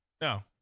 No